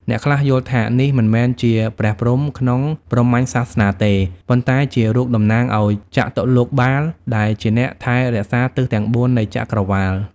អ្នកខ្លះយល់ថា នេះមិនមែនជាព្រះព្រហ្មក្នុងព្រហ្មញ្ញសាសនាទេ ប៉ុន្តែជារូបតំណាងឱ្យ ចតុលោកបាល ដែលជាអ្នកថែរក្សាទិសទាំងបួននៃចក្រវាឡ។